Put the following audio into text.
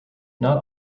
not